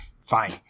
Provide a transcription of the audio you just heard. Fine